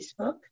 Facebook